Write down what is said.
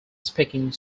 speaking